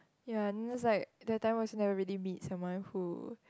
ya looks like that time also never really meet someone who